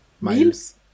Miles